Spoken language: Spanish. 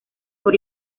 por